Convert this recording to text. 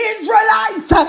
Israelites